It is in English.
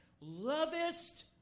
lovest